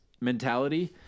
mentality